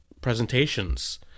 presentations